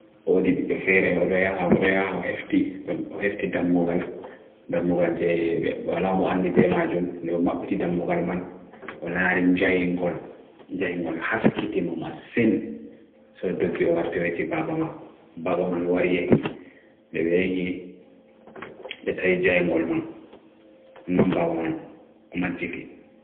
Odi bido fere, odaya, odaya, ohefti, ohefti dham mughal, dham mughal jye, bwala mo anni bemajum, nye oma biti dham mughal man, Olarin jayengol, jayengol, haskiti mo masin, so doki owar tewe ti babama ko. Babaman wari yehi, lebe yehi, lethai jayengol man, nan babaman, oma jiti.